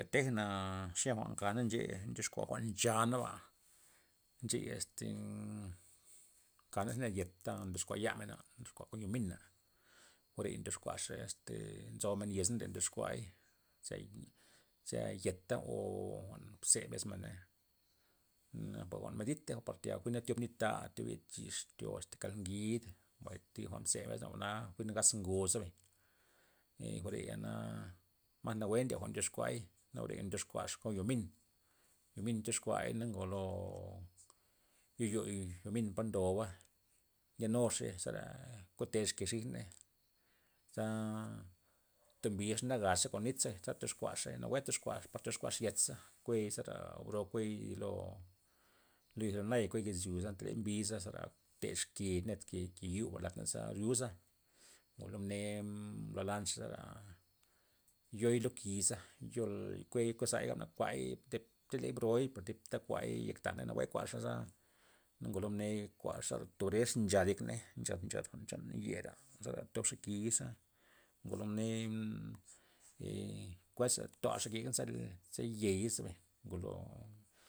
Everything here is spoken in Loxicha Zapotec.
Tejna xenya jwa'n nkan ncheya', ndyoxkua jwa'n nchanaba, ncheya este kana thib net yet ta ndoxkua yamenba ndyoxkua kon yo mina', jwa'reya ndyoxkuaxa este nzomen yezna' ben ndyoxkuay ze- zea yeta' o jwa'n ze' mbesmen na, jwa'n meditey par tayal jwi'n thiob nit ta thiob yed chix' thiob asta kald ngidna, mbay thi jwa'n ze' mbesmenba jwa'na jwi'na gaz ngo zebay, jwa'reya nak mas nawue ndiey jwa'n ndyoxkuay, na jwa're ndyoxkuaxa kon yo min, yo min tyoxkuay na ngolo ye'yo yo min ndoba, ndyenuxey zera kotexey kexa ke xisney za tombizey na gazxey kon nit ze za tyoxkuaxey nawue tozkuaxey par tyoxkuaxa yet'za kuiy zara bro'o kuey lo zinay kuey izyo za anta ley mbiza zera texkey ned ke- ke yu' ladney za bruza ngo mne blo lanxey za yo'i lo ki'za yo'i kue- kuezay gabmey kuay te- tey broy zipta kuay yek taney nawue kuazey za, ngolo mne mkuazey za tobrexa nchad yek ney nchad- nchad chan yera zera tobxa ki'za ngolo mne kuadxa tolxa diba za yei'za ba ngolo.